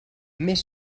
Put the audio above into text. més